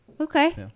Okay